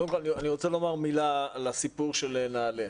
קודם כל אני רוצה לומר מילה על הסיפור של נעל"ה.